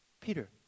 Peter